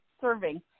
serving